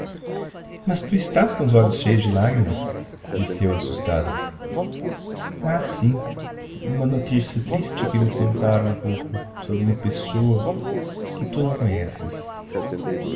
mas tu estás com os olhos cheios de lágrimas disse eu assustada ah sim uma notícia triste que me contaram há pouco sobre uma pessoa que tu não conheces